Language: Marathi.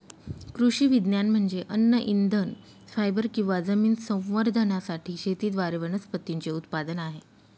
कृषी विज्ञान म्हणजे अन्न इंधन फायबर किंवा जमीन संवर्धनासाठी शेतीद्वारे वनस्पतींचे उत्पादन आहे